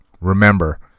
Remember